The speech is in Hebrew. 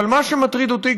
אבל מה שמטריד אותי,